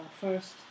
First